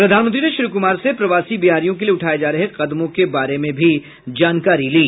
प्रधानमंत्री ने श्री कुमार से प्रवासी बिहारियों के लिये उठाये जा रहे कदमों के बारे में भी जानकारी ली